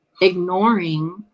Ignoring